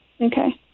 Okay